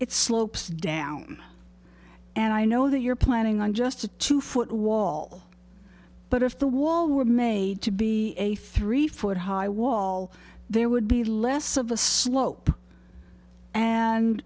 it slopes down and i know that you're planning on just a two foot wall but if the wall were made to be a three foot high wall there would be less of a slope and